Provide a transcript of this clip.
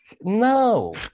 no